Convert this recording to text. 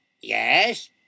Yes